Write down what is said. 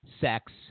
sex